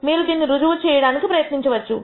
మీరు దీన్ని రుజువు చేయడానికి ప్రయత్నించవచ్చు